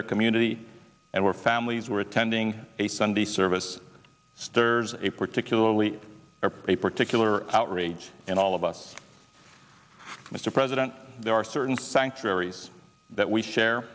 their community and where families were attending a sunday service stirs a particularly a particular outrage and all of us mr president there are certain sanctuaries that we share